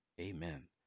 Amen